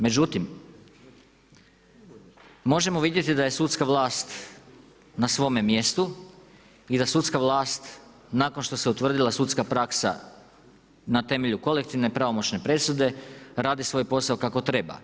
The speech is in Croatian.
Međutim, možemo vidjeti da je sudska vlast na svome mjestu i da sudska vlast nakon što se utvrdila sudska praksa na temelju kolektivne pravomoćne presude radi svoj posao kako treba.